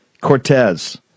Cortez